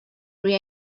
روی